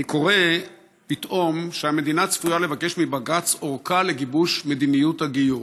אני קורא פתאום שהמדינה צפויה לבקש מבג"ץ ארכה לגיבוש מדיניות הגיור.